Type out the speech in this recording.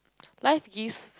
life gives